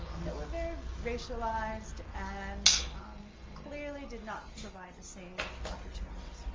they're very racialized and clearly did not provide the same opportunities